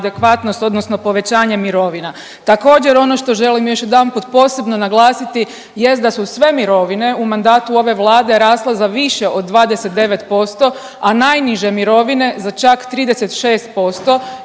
adekvatnost odnosno povećanje mirovina. Također ono što želim još jedanput posebno naglasiti jest da su sve mirovine u mandatu ove vlade rasle za više od 29%, a najniže mirovine za čak 36%